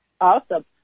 Awesome